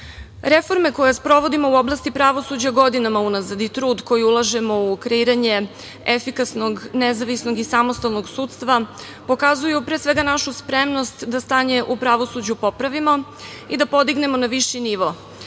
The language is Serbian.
brinemo. Reforme koje sprovodimo u oblasti pravosuđa godinama unazad i trud koji ulažemo u kreiranje efikasnog, nezavisnog i samostalnog sudstva pokazuju pre svega našu spremnost da stanje u pravosuđu popravimo i da podignemo na viši nivo,